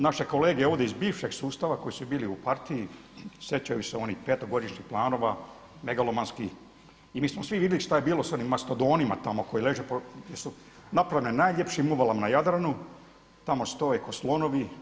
Naše kolege ovdje iz bivšeg sustava koji su bili u partiji sjećaju se oni petogodišnjih planova megalomanskih i mi smo svi vidjeli šta je bilo s onim mastodonima tamo koji leže jer su napravljene u najljepšim uvalama na Jadranu, tamo stoje ko slonovi.